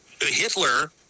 Hitler